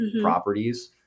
properties